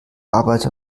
arbeiter